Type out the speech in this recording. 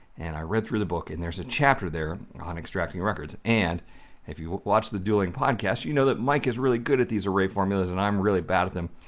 and i read through the book, and there's a chapter there on extracting records. and if you watch the dueling podcast, you know that mike is really good at these array formulas and i'm really bad at them.